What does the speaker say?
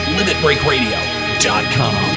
Limitbreakradio.com